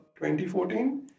2014